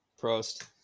prost